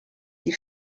die